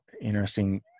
interesting